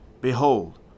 Behold